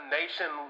nation